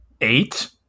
eight